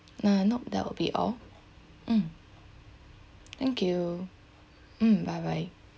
nah nope that will be all mm thank you mm bye bye